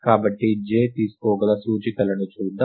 కాబట్టి j తీసుకోగల సూచికలను చూద్దాం